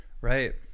right